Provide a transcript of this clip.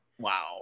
Wow